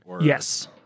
Yes